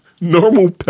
Normal